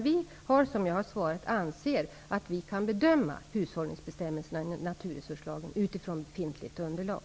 Vi har, som jag har svarat, ansett att vi kan bedöma hushållningsbestämmelserna i naturresurslagen utifrån befintligt underlag.